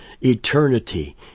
eternity